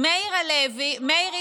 מאיר הלוי, מה הוא היה?